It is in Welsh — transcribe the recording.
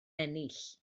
ennill